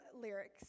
lyrics